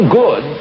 good